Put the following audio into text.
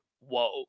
whoa